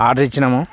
order ఇచ్చాము